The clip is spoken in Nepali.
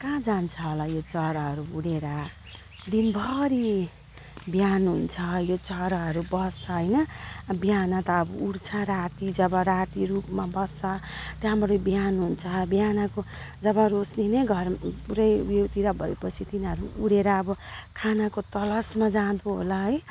कहाँ जान्छ होला यो चराहरू उडेर दिनभरि बिहान हुन्छ यो चराहरू बस्छ होइन बिहान त अब उड्छ राति जब राति रुखमा बस्छ त्यहाँबाट बिहान हुन्छ बिहानको जब रोश्नी नै घर पुरै ऊ योतिर भएपछि तिनीहरू उडेर अब खानाको तलासमा जाँदो होला है